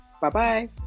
bye-bye